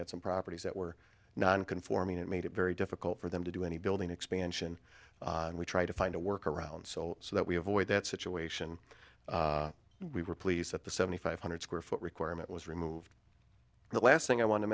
had some properties that were non conforming that made it very difficult for them to do any building expansion and we try to find a work around so so that we have a way that situation we were police at the seventy five hundred square foot requirement was removed the last thing i want to